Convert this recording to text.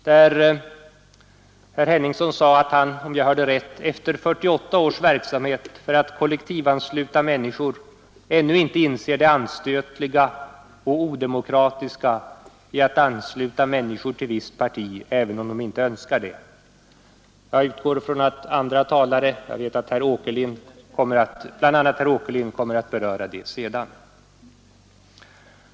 Herr Henningsson sade att han efter 48 års verksamhet för att kollektivansluta människor ännu inte inser det anstötliga och odemokratiska i att ansluta människor till visst parti, även om de inte önskar det. Jag utgår från att andra talare — bl.a. herr Åkerlind — kommer att beröra detta senare.